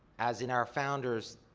as in our founders,